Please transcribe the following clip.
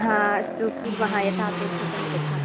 हा अस्तु कुर्मः यथा अपेक्षितं तथा